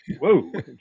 whoa